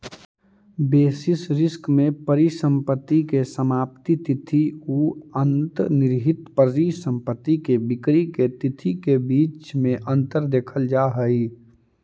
basis risk में परिसंपत्ति के समाप्ति तिथि औ अंतर्निहित परिसंपत्ति के बिक्री के तिथि के बीच में अंतर देखल जा हई